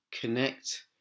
connect